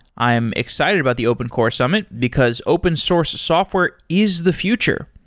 i am excited about the open core summ it, because open source software is the future.